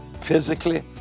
physically